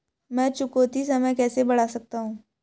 मैं चुकौती समय कैसे बढ़ा सकता हूं?